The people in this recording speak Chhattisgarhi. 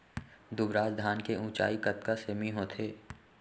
दुबराज धान के ऊँचाई कतका सेमी होथे?